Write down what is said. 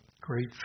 Great